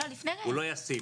הוא לא ישים